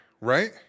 right